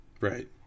Right